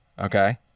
okay